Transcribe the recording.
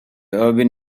urban